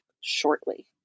shortly